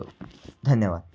धन्यवाद